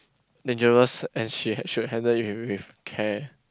dangerous and she she should handle it with with care